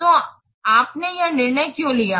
तो आपने यह निर्णय क्यों लिया है